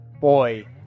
boy